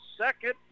second